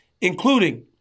including